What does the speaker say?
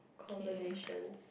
conversations